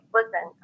Listen